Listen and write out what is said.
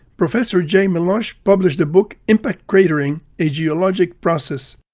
professor jay melosh published the book impact cratering a geologic process.